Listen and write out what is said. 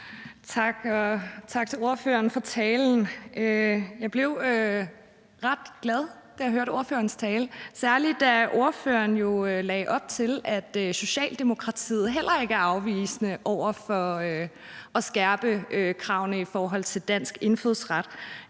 tak til ordføreren for talen. Jeg blev ret glad, da jeg hørte ordførerens tale, særlig da ordføreren jo lagde op til, at Socialdemokratiet heller ikke er afvisende over for at skærpe kravene i forhold til dansk indfødsret.